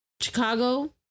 chicago